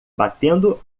batendo